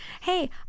Hey